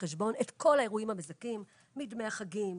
בחשבון את כל האירועים המזכים מדמי החגים,